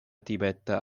tibeta